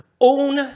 Own